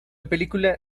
película